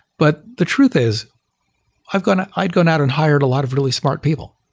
but the truth is i'd gone i'd gone out and hired a lot of really smart people.